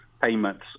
payments